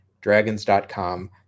dragons.com